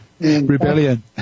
Rebellion